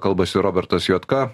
kalbasi robertas juodka